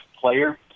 player